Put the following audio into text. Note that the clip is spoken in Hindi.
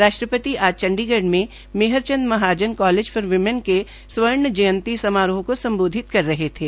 राष्ट्रपति आज चंडीगढ़ में Mehar Chand Mahajan college for women के स्वर्ण जयंती समारोह को सम्बोधित कर रहे थे